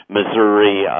Missouri